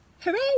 Hooray